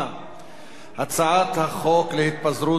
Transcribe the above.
ההצעה להסיר מסדר-היום את הצעת חוק התפזרות הכנסת השמונה-עשרה,